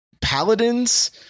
Paladins